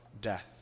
death